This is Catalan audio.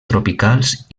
tropicals